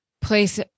place